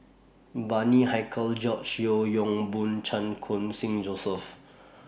Bani Haykal George Yeo Yong Boon Chan Khun Sing Joseph